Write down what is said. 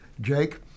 Jake